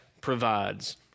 provides